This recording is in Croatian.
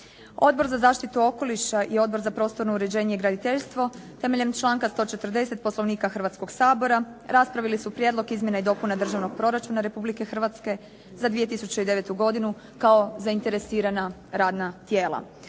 Odbor za zaštitu okoliša i Odbor za prostorno uređenje i graditeljstvo temeljem članka 140. Poslovnika Hrvatskoga sabora raspravili su Prijedlog izmjena i dopuna Državnog proračuna za 2009. godinu kao zainteresirana radna tijela.